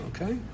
Okay